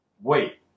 Wait